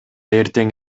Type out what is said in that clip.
эртең